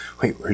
wait